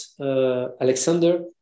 Alexander